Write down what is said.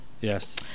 Yes